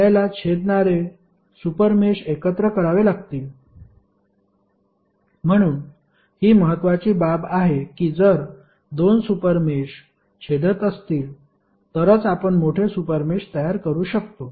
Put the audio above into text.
आपल्याला छेदणारे super mesh एकत्र करावे लागतील म्हणून ही महत्त्वाची बाब आहे की जर दोन सुपर मेष छेदत असतील तरच आपण मोठे सुपर मेष तयार करू शकतो